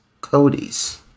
Cody's